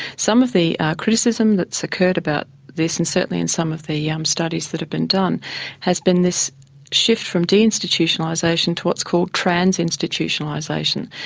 some of the criticism that's occurred about this and certainly in some of the yeah um studies that have been done has been this shift from deinstitutionalisation to what's called transinstitutionalisation,